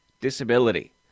disability